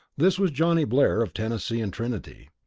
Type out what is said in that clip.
this was johnny blair of tennessee and trinity,